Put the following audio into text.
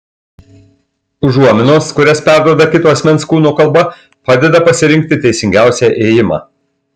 užuominos kurias perduoda kito asmens kūno kalba padeda pasirinkti teisingiausią ėjimą